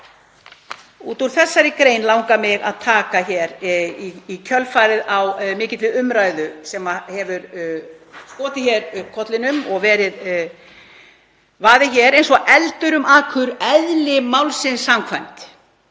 Út úr þessari grein langar mig að taka hér í kjölfarið á mikilli umræðu sem hefur skotið upp kollinum og vaðið hér eins og eldur um akur, eðli málsins samkvæmt